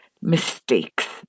mistakes